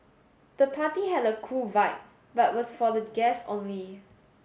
the party had a cool vibe but was for the guests only